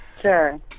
Sure